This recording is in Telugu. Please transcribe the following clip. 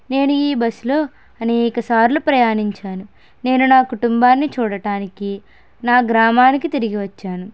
నేను ఈ బస్లో అనేక సార్లు ప్రయాణించాను నేను నా కుటుంబాన్ని చూడటానికి నా గ్రామానికి తిరిగి వచ్చాను